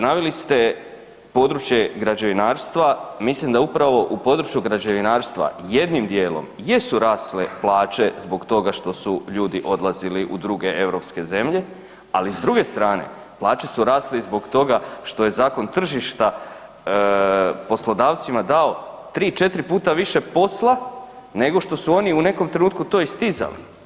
Naveli ste područje građevinarstva, mislim da upravo u području građevinarstva jednim dijelom jesu rasle plaće zbog toga što su ljudi odlazili u druge europske zemlje, ali s druge strane plaće su rasle i zbog toga što je zakon tržišta poslodavcima dao tri, četiri puta više posla nego što oni u nekom trenutku to i stizali.